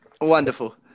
Wonderful